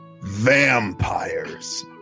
vampires